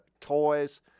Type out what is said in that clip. toys